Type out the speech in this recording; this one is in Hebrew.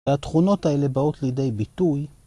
‫והתכונות האלה באות לידי ביטוי.